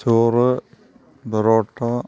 ചോറ് ബൊറോട്ട